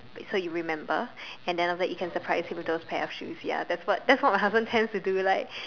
so you remember and then after that you can surprise him with those pairs of shoes ya that's what that's what my husband tends to do like